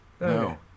No